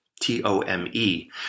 T-O-M-E